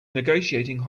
negotiating